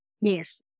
Yes